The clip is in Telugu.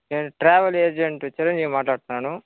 నేను ట్రావెల్ ఏజెంట్ చిరంజీవి మాట్లాడుతున్నాను